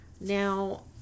Now